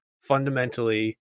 fundamentally